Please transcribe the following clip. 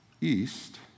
east